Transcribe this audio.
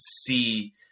see